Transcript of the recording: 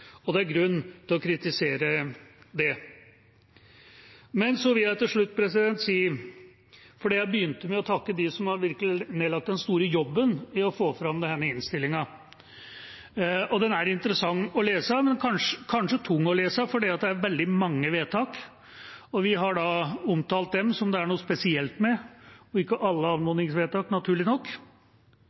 Det er grunn til å kritisere det. Jeg begynte med å takke dem som virkelig har nedlagt den store jobben med å få fram denne innstillinga. Den er interessant å lese, men kanskje tung å lese, for det er veldig mange vedtak. Vi har omtalt dem som det er noe spesielt med, og naturlig nok ikke alle anmodningsvedtak.